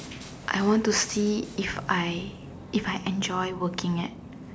I want to see if I if enjoy working at